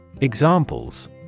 Examples